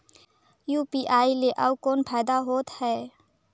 UPI ले अउ कौन फायदा होथ है?